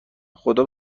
خدا